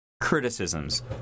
criticisms